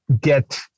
get